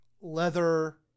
leather